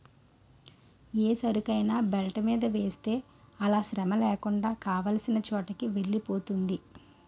ఏ సరుకైనా బెల్ట్ మీద వేస్తే అలా శ్రమలేకుండా కావాల్సిన చోటుకి వెలిపోతుంది